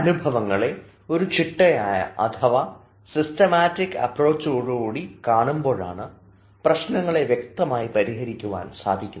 അനുഭവങ്ങളെ ഒരു ചിട്ടയായ അഥവാ സിസ്റ്റമാറ്റിക് അപ്റൊച്ചോടുക്കൂടി കാണുമ്പോഴാണ് പ്രശ്നങ്ങളെ വ്യക്തമായി പരിഹരിക്കുവാൻ സാധിക്കുന്നത്